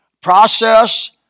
process